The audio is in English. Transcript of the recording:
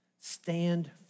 stand